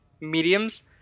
mediums